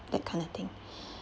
that kind of thing